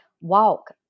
walk